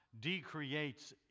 decreates